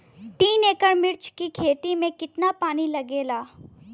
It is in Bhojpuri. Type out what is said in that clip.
तीन एकड़ मिर्च की खेती में कितना पानी लागेला?